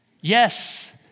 Yes